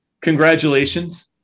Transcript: congratulations